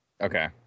okay